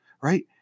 right